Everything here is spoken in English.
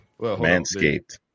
Manscaped